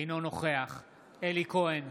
אינו נוכח אלי כהן,